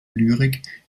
lyrik